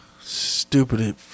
stupid